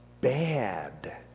bad